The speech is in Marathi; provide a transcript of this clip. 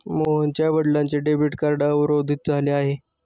मोहनच्या वडिलांचे डेबिट कार्ड अवरोधित झाले आहे